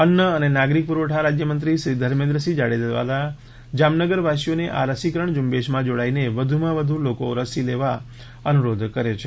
અન્ન અને નાગરિક પુરવઠા રાજ્યમંત્રી શ્રી ધર્મેન્દ્રસિંહ જાડેજા દ્વારા જામનગર વાસીઓને આ રસીકરણ ઝંબેશમાં જોડાઈને વધુમાં વધુ રસી લેવા અનુરોધ કરવામાં આવ્યો હતો